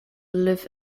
live